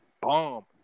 bomb